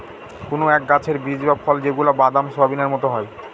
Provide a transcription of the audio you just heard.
কোনো এক গাছের বীজ বা ফল যেগুলা বাদাম, সোয়াবিনের মতো হয়